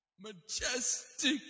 Majestic